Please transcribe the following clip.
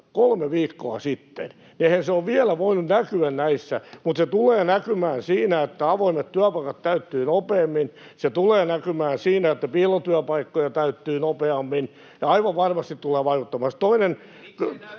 kolme viikkoa sitten. Eihän se ole vielä voinut näkyä näissä, mutta se tulee näkymään siinä, että avoimet työpaikat täyttyvät nopeammin, ja se tulee näkymään siinä, että piilotyöpaikkoja täyttyy nopeammin. Aivan varmasti se tulee vaikuttamaan.